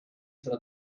sono